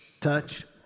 touch